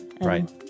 Right